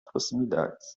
proximidades